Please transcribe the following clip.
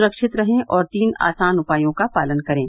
सुरक्षित रहें और तीन आसान उपायों का पालन करें